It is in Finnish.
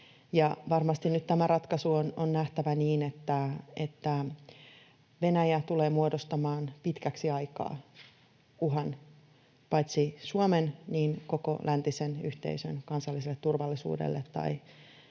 Varmasti nyt tämä ratkaisu on nähtävä niin, että Venäjä tulee muodostamaan pitkäksi aikaa uhan paitsi Suomen niin myös koko läntisen yhteisön kansalliselle turvallisuudelle tai